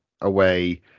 away